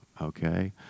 okay